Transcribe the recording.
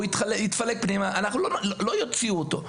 לא יוציאו אותו.